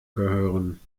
gehören